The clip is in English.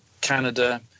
Canada